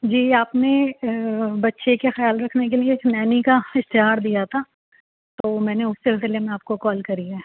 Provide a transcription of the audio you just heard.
جی آپ نے بچے کے خیال رکھنے کے لیے ایک نینی کا اشتہار دیا تھا تو میں نے اس سلسلےے میں آپ کو کال کری ہے